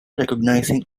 recognizing